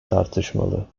tartışmalı